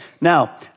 Now